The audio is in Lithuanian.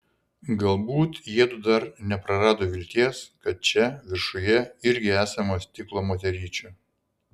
galbūt jiedu dar neprarado vilties kad čia viršuje irgi esama stiklo moteryčių